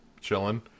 chilling